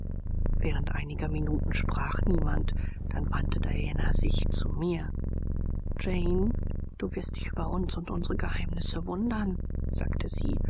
während einiger minuten sprach niemand dann wandte diana sich zu mir jane du wirst dich über uns und unsere geheimnisse wundern sagte sie